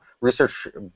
research